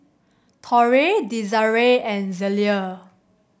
Torie Desirae and Zelia